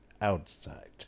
outside